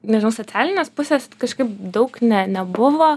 nežinau socialinės pusės kažkaip daug ne nebuvo